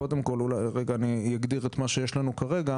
קודם כל אני אגדיר את מה שיש לנו כרגע.